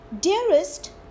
Dearest